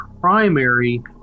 primary